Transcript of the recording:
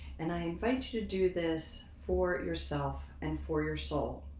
and i invite you to do this for yourself and for your soul.